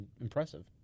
impressive